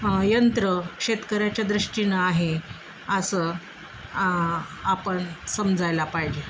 यंत्र शेतकऱ्याच्या दृष्टीनं आहे असं आपण समजायला पाहिजे